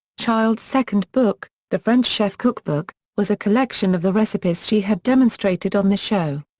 child's second book, the french chef cookbook, was a collection of the recipes she had demonstrated on the show.